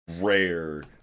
rare